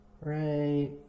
right